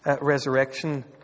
Resurrection